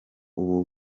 ubu